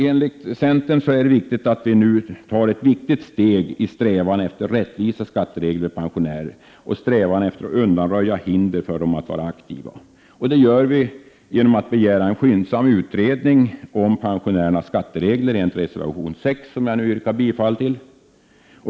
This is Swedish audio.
Enligt centern är det väsentligt att vi nu tar ett viktigt steg i strävan efter rättvisa skatteregler för pensionärer och i strävan efter att undanröja hinder för dem att vara aktiva. Det gör vi genom att vi begär en skyndsam utredning om pensionärernas skatteregler i reservation 6, som jag yrkar bifall till.